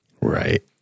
Right